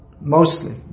mostly